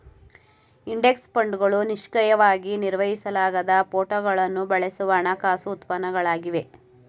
index ಫಂಡ್ಗಳು ನಿಷ್ಕ್ರಿಯವಾಗಿ ನಿರ್ವಹಿಸಲಾಗದ ಫೋಟೋಗಳನ್ನು ಬಳಸುವ ಹಣಕಾಸು ಉತ್ಪನ್ನಗಳಾಗಿವೆ